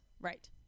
right